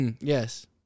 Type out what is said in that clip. yes